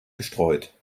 gestreut